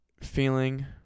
feeling